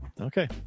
okay